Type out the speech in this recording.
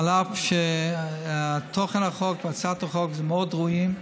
אף שתוכן החוק והצעת החוק מאוד ראויים.